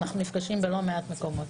אנחנו נפגשים בלא מעט מקומות.